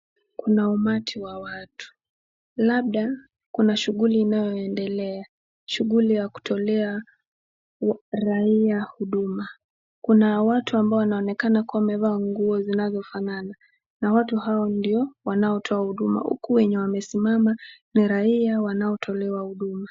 Kuna umati wa watu. Labda, kuna shughuli inayoendelea. Shughuli ya kutolea raia huduma. Kuna watu wanaonekana kuwa wamevaa nguo zinafanana. Na watu hao ndio, wanaotoa huduma. Huku wenye wamesimama ni raia wanaotolewa huduma.